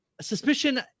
suspicion